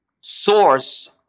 source